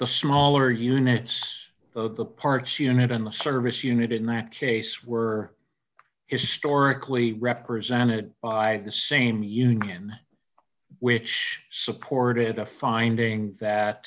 the smaller units of the parts unit in the service unit in that case were historically represented by the same union which supported a finding that